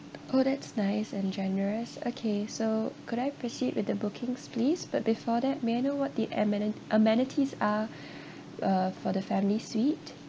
oh that's nice and generous okay so could I proceed with the bookings please but before that may I know what the ameni~ amenities are uh for the family suite